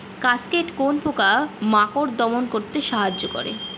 Cascade কোন পোকা মাকড় দমন করতে সাহায্য করে?